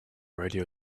radio